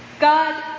God